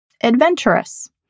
Adventurous